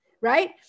right